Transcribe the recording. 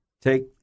take